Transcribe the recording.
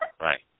right